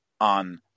on